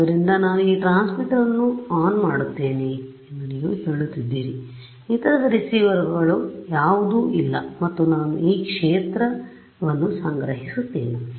ಆದ್ದರಿಂದ ನಾನು ಈ ಟ್ರಾನ್ಸ್ಮಿಟರ್ ಅನ್ನು ಆನ್ ಮಾಡುತ್ತೇನೆ ಎಂದು ನೀವು ಹೇಳುತ್ತಿದ್ದೀರಿ ಇತರ ರಿಸೀವರ್ಗಳು ಯಾವುದೂ ಇಲ್ಲ ಮತ್ತು ನಾನು ಈ ಕ್ಷೇತ್ರವನ್ನು ಸಂಗ್ರಹಿಸುತ್ತೇನೆ